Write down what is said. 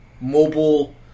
mobile